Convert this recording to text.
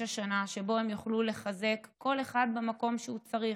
השנה שבו הם יוכלו לחזק כל אחד במקום שהוא צריך,